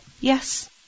Yes